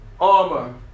armor